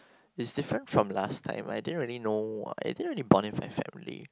it's different from last time I didn't really know I didn't really bond with my family